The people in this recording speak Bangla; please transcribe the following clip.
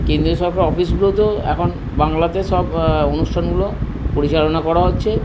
কেন্দ্রীয় সরকার অফিসগুলোতেও এখন বাংলাতে সব অনুষ্ঠানগুলো পরিচালনা করা হচ্ছে